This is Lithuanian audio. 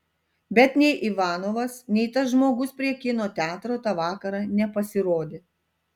bet nei ivanovas nei tas žmogus prie kino teatro tą vakarą nepasirodė